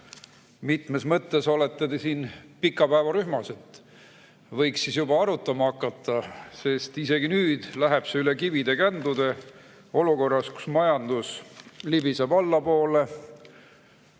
mitmes mõttes siin pikapäevarühmas. Võiks juba arutama hakata, sest isegi nüüd läheb see üle kivide ja kändude, olukorras, kus majandus libiseb allapoole,